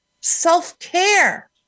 self-care